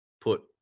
put